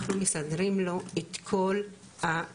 אנחנו מסדרים לחולה את כל הטפסים,